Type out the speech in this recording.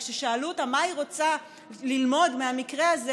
כששאלו אותה מה היא רוצה ללמוד מהמקרה הזה